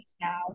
now